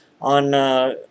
on